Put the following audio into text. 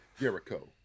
Jericho